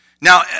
Now